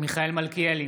מיכאל מלכיאלי,